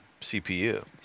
cpu